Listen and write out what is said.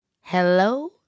Hello